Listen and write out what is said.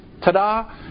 Ta-da